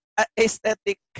aesthetic